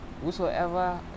Whosoever